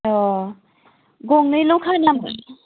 अ' गंनैल'खा नामा